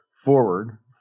forward